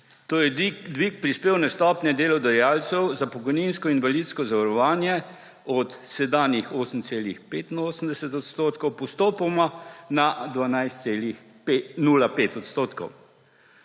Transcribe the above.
to je dvig prispevne stopnje delodajalcev za pokojninsko in invalidsko zavarovanje od sedanjih 8,85 odstotka postopoma na 12,05 odstotka.